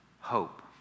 hope